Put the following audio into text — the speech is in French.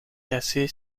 cassée